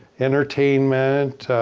entertainment,